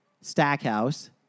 Stackhouse